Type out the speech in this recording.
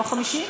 לא 50?